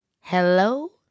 Hello